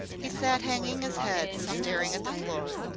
he sat hanging his head and staring at the floor.